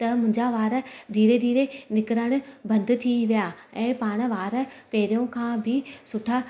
त मुंहिंजा वार धीरे धीरे निकिरणु बंदि थी विया ऐं पाण वार पहिरों खां बि सुठा